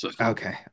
Okay